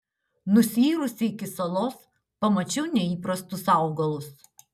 nusiyrusi iki salos pamačiau neįprastus augalus